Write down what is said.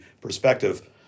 perspective